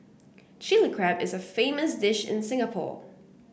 Chilli Crab is a famous dish in Singapore